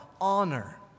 honor